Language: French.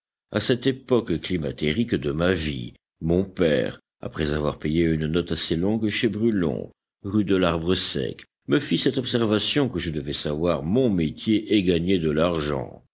à cette époque climatérique de ma vie mon père après avoir payé une note assez longue chez brullon rue de larbre sec me fit cette observation que je devais savoir mon métier et gagner de l'argent